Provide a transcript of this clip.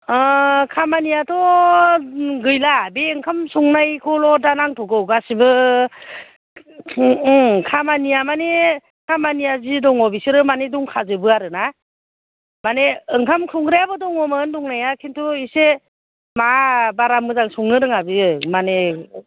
ओ खामानियाथ' गैला बे ओंखाम संनायखौल' दा नांथ'गौ गासैबो ओम खामानिया माने खामानिया जि दङ बिसोरो माने दंखाजोबो आरोना माने ओंखाम संग्रायाबो दङमोन दंनाया खिन्थु एसे मा बारा मोजां संनो रोङा बियो माने